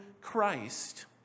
Christ